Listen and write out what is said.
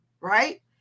Right